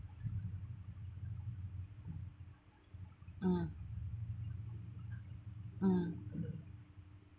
mm mm